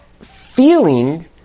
feeling